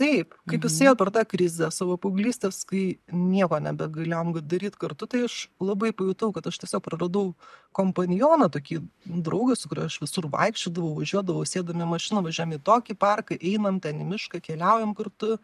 taip kaip jis ėjo per tą krizę savo paauglystės kai nieko nebegalėjom daryt kartu tai aš labai pajutau kad aš tiesiog praradau kompanioną tokį draugą su kuriuo aš visur vaikščiodavau važiuodavau sėdam į mašiną važiuojam į tokį parką einam ten į mišką keliaujam kartu